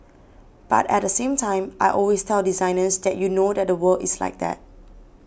but at the same time I always tell designers that you know that the world is like that